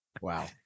Wow